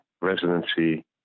residency